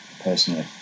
personally